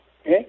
Okay